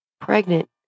pregnant